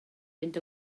fynd